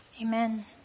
amen